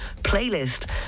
playlist